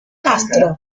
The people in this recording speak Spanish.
castro